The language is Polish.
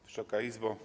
Wysoka Izbo!